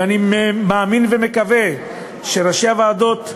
ואני מאמין ומקווה שראשי הוועדות,